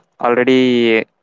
already